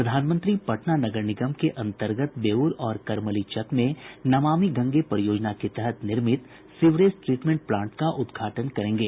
प्रधानमंत्री पटना नगर निगम के अंतर्गत बेउर और करमलीचक में नमामि गंगे परियोजना के तहत निर्मित सीवरेज ट्रीटमेंट प्लांट का उद्घाटन करेंगे